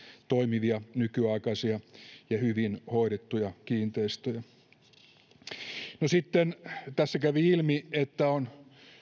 toimivia nykyaikaisia ja hyvin hoidettuja kiinteistöjä no sitten tässä kävi ilmi että on